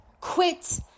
quit